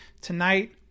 tonight